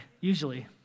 usually